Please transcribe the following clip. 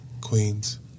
queens